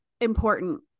important